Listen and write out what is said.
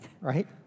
right